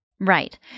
Right